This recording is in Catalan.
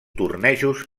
tornejos